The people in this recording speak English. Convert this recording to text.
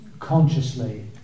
consciously